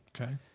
Okay